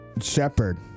Shepherd